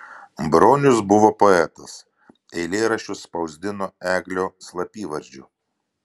bronius buvo poetas eilėraščius spausdino ėglio slapyvardžiu